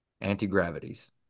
Anti-gravities